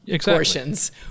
portions